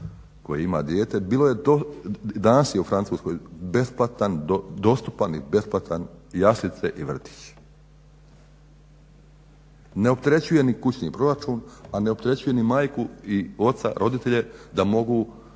koje ima dijete bilo je danas je u Francuskoj besplatan i dostupan i jaslice i vrtić. Ne opterećuje ni kućni proračun, a ne opterećuje ni majku ni oca, roditelje, da mogu